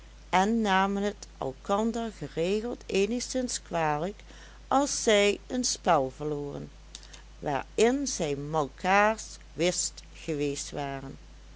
en namen het elkander geregeld eenigszins kwalijk als zij een spel verloren waarin zij malkaars whist geweest waren